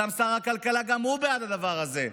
שר הכלכלה, גם הוא בעד הדבר הזה.